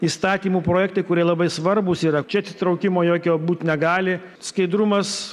įstatymų projektai kurie labai svarbūs yra čia atsitraukimo jokio būt negali skaidrumas